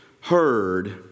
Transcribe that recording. heard